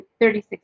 36